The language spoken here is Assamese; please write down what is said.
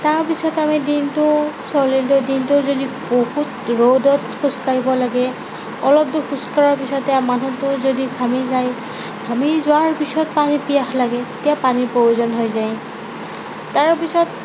তাৰপিছত আমি দিনটো চলিলোঁ দিনটো যদি বহুত ৰ'দত খোজ কাঢ়িব লাগে অলপ দূৰ খোজ কঢ়াৰ পিছতে মানুহটো যদি ঘামি যায় ঘামি যোৱাৰ পিছত পানী পিয়াহ লাগে তেতিয়া পানীৰ প্ৰয়োজন হৈ যায় তাৰপিছত